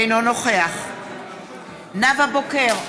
אינו נוכח נאוה בוקר,